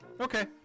okay